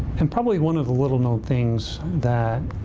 and probably one of the little known things that